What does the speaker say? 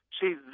see